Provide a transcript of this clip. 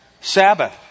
Sabbath